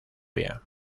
vía